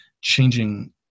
changing